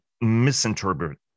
misinterpret